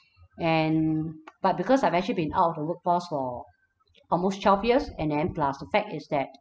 and but because I've actually been out of the workforce for almost twelve years and then plus the fact is that